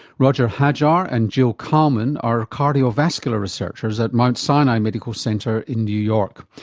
roger hajar and jill kalman are cardiovascular researchers at mount sinai medical centre in new york.